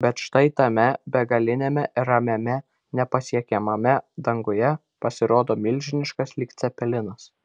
bet štai tame begaliniame ramiame nepasiekiamame danguje pasirodo milžiniškas lyg cepelinas